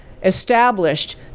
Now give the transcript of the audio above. established